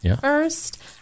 first